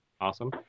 Awesome